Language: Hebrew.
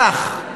כך.